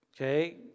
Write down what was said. Okay